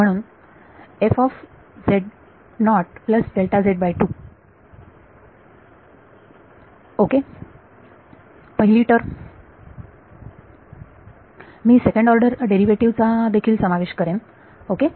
म्हणून ओके पहिली टर्म मी सेकंड ऑर्डर डेरिव्हेटिव्ह चा देखील समावेश करेन ओके